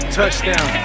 touchdown